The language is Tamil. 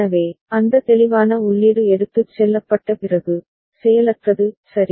எனவே அந்த தெளிவான உள்ளீடு எடுத்துச் செல்லப்பட்ட பிறகு செயலற்றது சரி